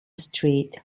street